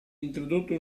introdotto